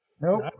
Nope